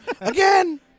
Again